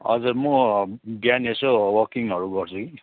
हजुर म बिहान यसो वकिङहरू गर्छु कि